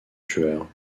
tueur